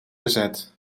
verzet